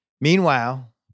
Meanwhile